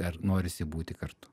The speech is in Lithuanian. ar norisi būti kartu